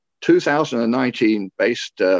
2019-based